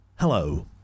Hello